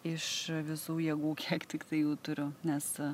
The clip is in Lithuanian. iš visų jėgų kiek tiktai jų turiu nes